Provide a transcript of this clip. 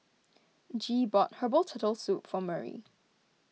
Gee bought Herbal Turtle Soup for Murry